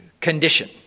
condition